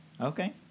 Okay